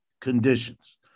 conditions